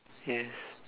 yes